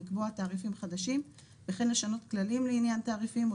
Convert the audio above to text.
לקבוע תעריפים חדשים וכן לשנות כללים לעניין התעריפים או